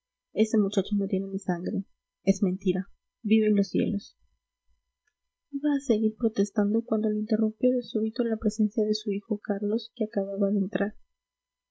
ese muchacho no tiene mi sangre es mentira viven los cielos iba a seguir protestando cuando le interrumpió de súbito la presencia de su hijo carlos que acababa de entrar